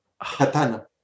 katana